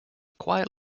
quiet